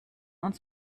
uns